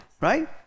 right